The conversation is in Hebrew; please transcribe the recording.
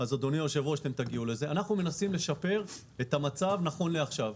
אנחנו מנסים לשפר את המצב נכון לעכשיו.